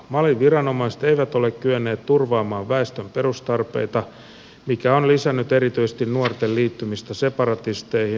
malin viranomaiset eivät ole kyenneet turvaamaan väestön perustarpeita mikä on lisännyt erityisesti nuorten liittymistä separatisteihin